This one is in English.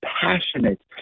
passionate